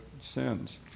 sins